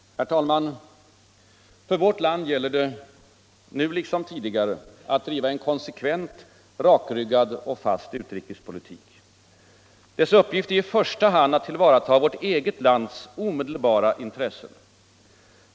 Herr talman! För vårt land gäller det nu liksom tidigare att driva en konsekvent, rakryggad och fast utrikespolitik. Dess uppgift är i första hand att tillvarata vårt eget lands omedelbara intressen.